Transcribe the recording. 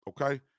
okay